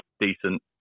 decent